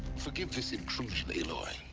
forgive this intrusion, aloy.